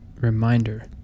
reminder